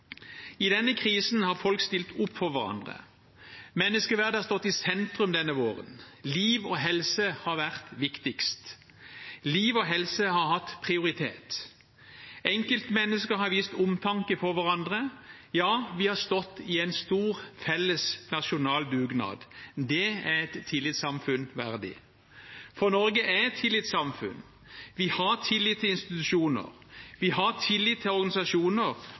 I denne krisen har folk stilt opp for hverandre. Menneskeverdet har stått i sentrum denne våren. Liv og helse har vært viktigst. Liv og helse har hatt prioritet. Enkeltmennesker har vist omtanke for hverandre. Ja, vi har stått i en stor felles nasjonal dugnad. Det er et tillitssamfunn verdig. Norge er et tillitssamfunn. Vi har tillit til institusjoner, vi har tillit til organisasjoner,